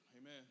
amen